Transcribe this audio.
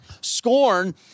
Scorn